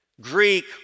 Greek